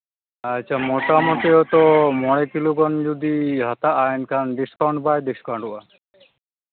ᱟᱪᱪᱷᱟ ᱢᱳᱴᱟᱢᱩᱴᱤ ᱦᱚᱭᱛᱳ ᱢᱚᱬᱮ ᱠᱤᱞᱳ ᱜᱟᱱ ᱡᱩᱫᱤ ᱦᱟᱛᱟᱜᱼᱟ ᱮᱱᱠᱷᱟᱱ ᱰᱤᱥᱠᱟᱣᱩᱱᱴ ᱵᱟᱭ ᱰᱤᱥᱠᱟᱣᱩᱱᱴᱚᱜᱼᱟ